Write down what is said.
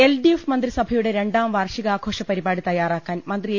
LDF മന്ത്രിസഭയുടെ രണ്ടാം വാർഷികാഘോഷ പരിപാടി തയാറാക്കാൻ മന്ത്രി എ